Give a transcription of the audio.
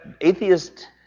atheist